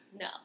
No